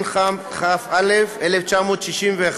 התשכ"א 1961,